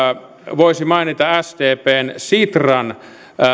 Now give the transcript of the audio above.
voisi mainita sdpn sitran